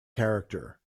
character